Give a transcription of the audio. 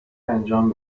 انجام